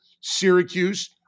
Syracuse